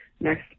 next